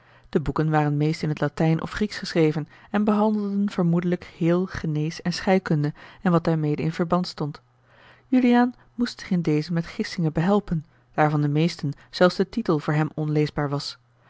de boeken waren meest in t latijn of grieksch geschreven en behandelden vermoedelijk heel genees en scheikunde en wat daarmede in verband stond juliaan moest zich in dezen met gissingen behelpen daar van de meesten zelfs de titel voor hem onleesbaar was